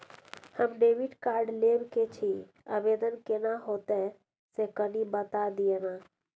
हम debit card लेब के छि, आवेदन केना होतै से कनी बता दिय न?